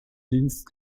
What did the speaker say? dienst